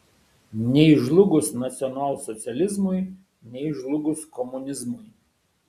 nei žlugus nacionalsocializmui nei žlugus komunizmui